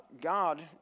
God